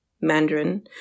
Mandarin